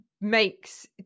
makes